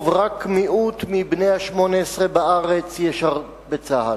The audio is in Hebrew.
רק מיעוט מבני ה-18 בארץ ישרתו בצה"ל.